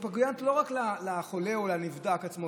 הן פוגעניות לא רק כלפי החולה או כלפי הנבדק עצמו,